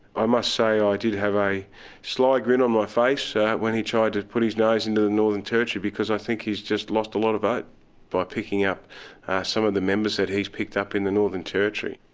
i must say i did have a sly grin on my face when he tried to put his nose into the northern territory, because i think he's just lost a lot of vote by picking up some of the members that he's picked up in the northern territory.